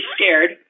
scared